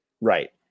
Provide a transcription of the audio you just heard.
Right